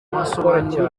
wasobanura